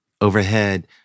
Overhead